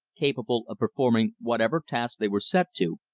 capable of performing whatever task they were set to,